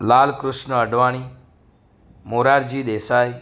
Lalkrishna Advani Morarji Desai